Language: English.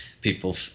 people